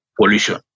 pollution